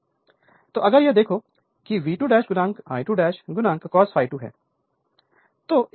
तो अगर यह देखो कि V2 I2 cos ∅2 है